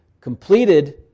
completed